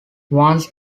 once